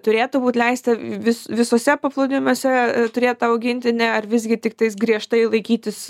turėtų būti leista vis visuose paplūdimiuose turėti tą augintinį ar visgi tiktais griežtai laikytis